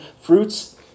fruits